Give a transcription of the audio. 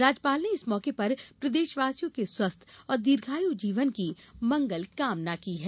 राज्यपाल ने इस मौके पर प्रदेशवासियों के स्वस्थ्य और दीर्घायु जीवन की मंगल कामना की है